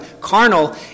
carnal